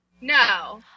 No